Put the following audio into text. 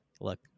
look